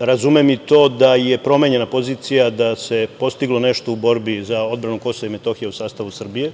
Razumem i to da je promenjena pozicija da bi se postiglo nešto u borbi za odbranu KiM u sastavu Srbije,